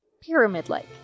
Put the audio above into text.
pyramid-like